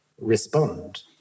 respond